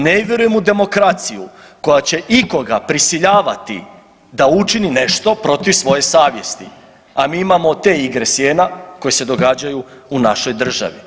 Ne vjerujem u demokraciju koja će ikoga prisiljavati da učini nešto protiv svoje savjesti, a mi imamo te igre sjena koje se događaju u našoj državi.